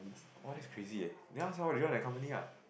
!wah! is crazy eh then ask her to join the company lah